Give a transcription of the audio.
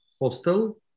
hostel